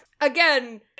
Again